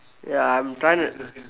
ya I'm trying to